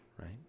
Right